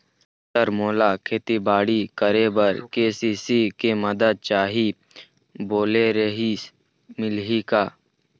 Sir मोला खेतीबाड़ी करेबर के.सी.सी के मंदत चाही बोले रीहिस मिलही का?